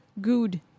good